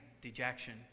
dejection